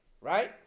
right